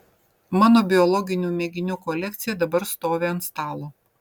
mano biologinių mėginių kolekcija dabar stovi ant stalo